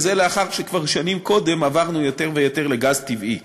וזה לאחר שכבר שנים קודם עברנו יותר ויותר לגז טבעי,